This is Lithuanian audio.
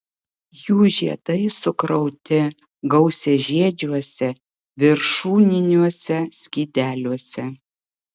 jų žiedai sukrauti gausiažiedžiuose viršūniniuose skydeliuose